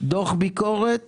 דוח ביקורת